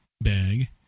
bag